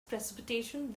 precipitation